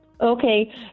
Okay